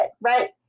right